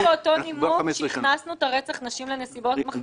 בדיוק מאותו הנימוק שהכנסנו את הרצח נשים לנסיבות מחמירות.